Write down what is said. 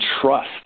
trust